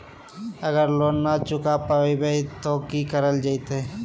अगर लोन न चुका पैबे तो की करल जयते?